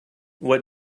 what